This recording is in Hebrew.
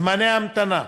זמני המתנה,